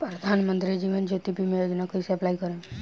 प्रधानमंत्री जीवन ज्योति बीमा योजना कैसे अप्लाई करेम?